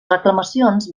reclamacions